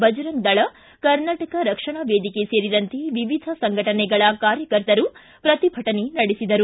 ಬಜರಂಗ ದಳ ಕರ್ನಾಟಕ ರಕ್ಷಣಾ ವೇದಿಕೆ ಸೇರಿದಂತೆ ವಿವಿಧ ಸಂಘಟನೆಗಳ ಕಾರ್ಯಕರ್ತರು ಪ್ರತಿಭಟನೆ ನಡೆಸಿದರು